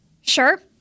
Sure